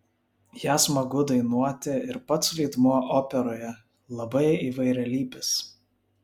ją smagu dainuoti ir pats vaidmuo operoje labai įvairialypis